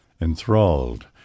Enthralled